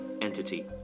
entity